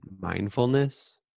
mindfulness